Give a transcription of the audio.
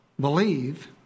believe